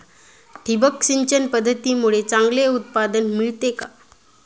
ठिबक सिंचन पद्धतीमुळे चांगले उत्पादन मिळते का?